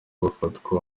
bafatwa